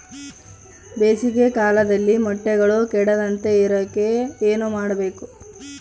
ಬೇಸಿಗೆ ಕಾಲದಲ್ಲಿ ಮೊಟ್ಟೆಗಳು ಕೆಡದಂಗೆ ಇರೋಕೆ ಏನು ಮಾಡಬೇಕು?